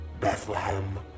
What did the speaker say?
Bethlehem